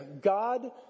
God